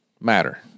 matter